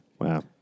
Wow